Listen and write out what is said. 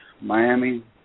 Miami